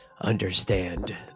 understand